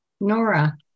Nora